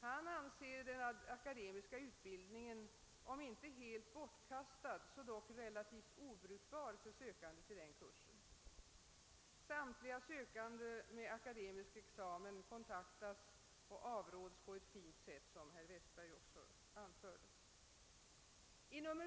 Han anser den akademiska utbildningen vara om inte helt bortkastad så dock relativt obrukbar för sökande till denna kurs. Samtliga sökande med akademisk examen kontaktas och avråds på ett fint sätt från att fullfölja sin ansökan, såsom herr Westberg i Ljusdal också nämnde.